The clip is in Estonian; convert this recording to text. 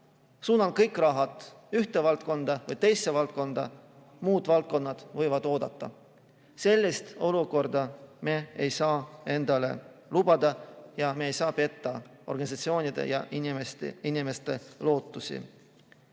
Suunan kõik rahad ühte valdkonda või teise valdkonda, muud valdkonnad võivad oodata. Sellist olukorda me ei saa endale lubada ja me ei saa petta organisatsioonide ja inimeste lootusi.